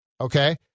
okay